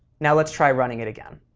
now let's try running it again.